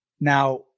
Now